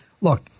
Look